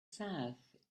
south